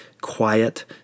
quiet